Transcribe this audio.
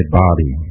body